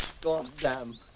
Goddamn